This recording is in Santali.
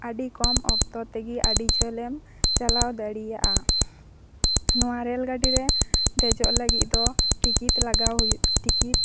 ᱟᱹᱰᱤ ᱠᱚᱢ ᱚᱠᱛᱚ ᱛᱮᱜᱮ ᱟᱹᱰᱤ ᱡᱷᱟᱹᱞᱮᱢ ᱪᱟᱞᱟᱣ ᱫᱟᱲᱮᱭᱟᱜᱼᱟ ᱱᱚᱣᱟ ᱨᱮᱞ ᱜᱟᱹᱰᱤᱨᱮ ᱫᱮᱡᱚᱜ ᱞᱟᱹᱜᱤᱫ ᱫᱚ ᱴᱤᱠᱤᱴ ᱞᱟᱜᱟᱣ ᱦᱩᱭᱩᱜ ᱴᱤᱠᱤᱴ